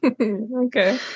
Okay